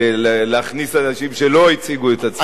ולהכניס אנשים שלא הציגו את עצמם מעולם,